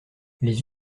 les